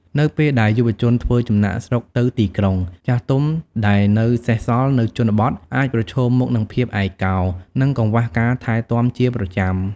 នៅពេលដែលយុវជនធ្វើចំណាកស្រុកទៅទីក្រុង ចាស់ទុំដែលនៅសេសសល់នៅជនបទអាចប្រឈមមុខនឹងភាពឯកកោ និងកង្វះការថែទាំជាប្រចាំ។